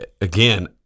Again